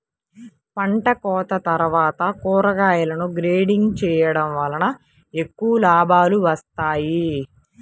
పంటకోత తర్వాత కూరగాయలను గ్రేడింగ్ చేయడం వలన ఎక్కువ లాభాలు వస్తాయి